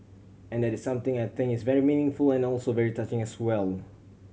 and that is something I think is very meaningful and also very touching as well